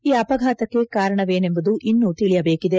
ಈ ಅಪಘಾತಕ್ಕೆ ಕಾರಣವೇನೆಂಬುದು ಇನ್ನೂ ತಿಳಿಯಬೇಕಿದೆ